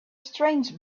strange